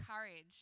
courage